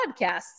podcasts